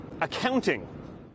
accounting